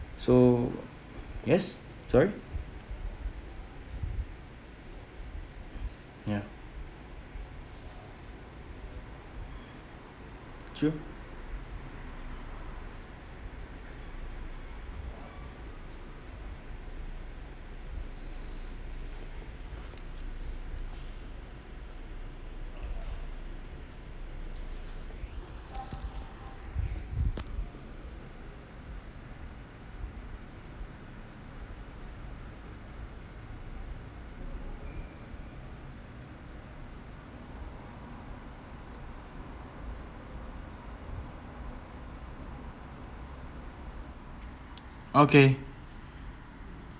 so yes sorry ya true okay